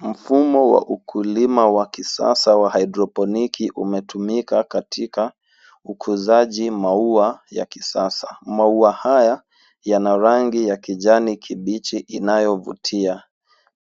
Mfumo wa ukulima wa kisasa wa haidroponiki umetumika katika ukuzaji maua ya kisasa. Maua haya yana rangi ya kijani kibichi inayovutia.